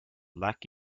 black